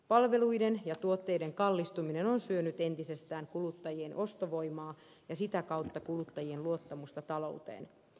palveluiden ja tuotteiden kallistuminen on syönyt entisestään kuluttajien ostovoimaa ja sitä kautta kuluttajien luottamusta talouteen